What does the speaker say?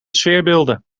sfeerbeelden